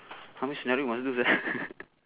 how many scenario must do sia